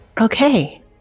Okay